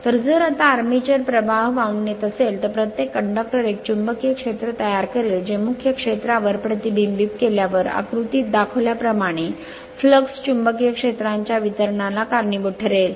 तर जर आता आर्मॅचर प्रवाह वाहून नेत असेल तर प्रत्येक कंडक्टर एक चुंबकीय क्षेत्र तयार करेल जे मुख्य क्षेत्रावर प्रतिबिंबित केल्यावर आकृतीत दाखविल्याप्रमाणे फ्लक्स चुंबकीय रेषांच्या वितरणाला कारणीभूत ठरेल